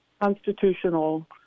constitutional